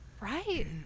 Right